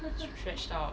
stretch out or whatever